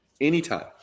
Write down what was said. Anytime